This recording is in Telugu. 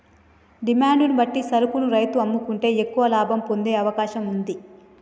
డిమాండ్ ను బట్టి సరుకును రైతు అమ్ముకుంటే ఎక్కువ లాభం పొందే అవకాశం వుంది